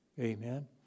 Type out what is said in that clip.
Amen